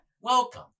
Welcome